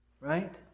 Right